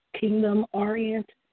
kingdom-oriented